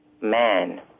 man